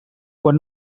quan